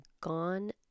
gone